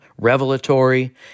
revelatory